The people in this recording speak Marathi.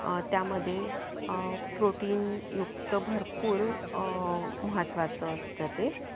त्यामध्ये प्रोटीनयुक्त भरपूर महत्त्वाचं असतं ते